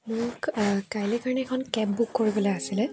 মোক কাইলৈ কাৰণে এখন কেব বুক কৰিবলৈ আছিলে